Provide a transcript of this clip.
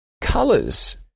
colors